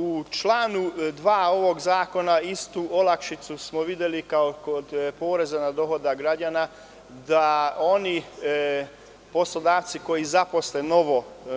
U članu 2. ovog zakona istu olakšicu smo videli kao kod poreza na dohodak građana da oni poslodavci koji zaposle